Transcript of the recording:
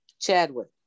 Chadwick